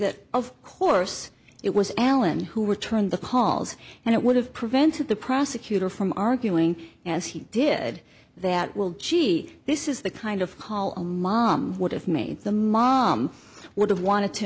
that of course it was alan who were turned the halls and it would have prevented the prosecutor from arguing as he did that will gee this is the kind of call a mom would have made the mom would have wanted to